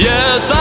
Yes